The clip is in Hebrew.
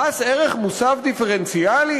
מס ערך מוסף דיפרנציאלי